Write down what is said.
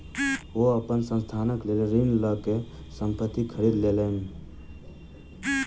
ओ अपन संस्थानक लेल ऋण लअ के संपत्ति खरीद लेलैन